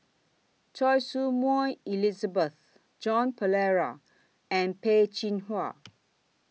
Choy Su Moi Elizabeth Joan Pereira and Peh Chin Hua